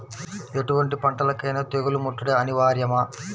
ఎటువంటి పంటలకైన తెగులు ముట్టడి అనివార్యమా?